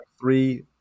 three